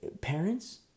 parents